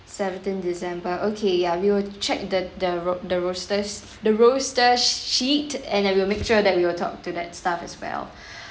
seventeen december okay ya we will check the the road the roosters the roster sheet and I will make sure that we will talk to that staff as well